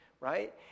right